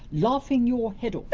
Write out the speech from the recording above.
laughing your head off.